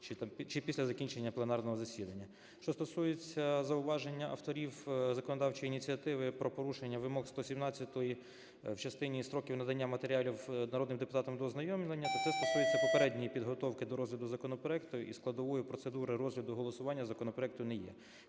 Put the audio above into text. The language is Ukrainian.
чи після закінчення пленарного засідання. Що стосується зауваження авторів законодавчої ініціативи про порушення вимог статті 117 в частині строків надання матеріалів народним депутатам до ознайомлення, то це стосується попередньої підготовки до розгляду законопроекту і складової процедури розгляду голосування законопроекту не є,